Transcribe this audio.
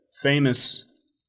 famous